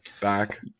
back